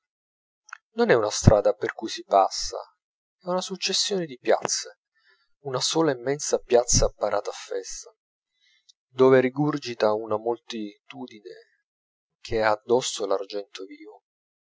non è una strada per cui si passa è una successione di piazze una sola immensa piazza parata a festa dove rigurgita una moltitudine che ha addosso l'argento vivo